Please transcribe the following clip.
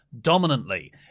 Dominantly